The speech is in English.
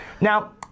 Now